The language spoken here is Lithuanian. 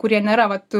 kurie nėra vat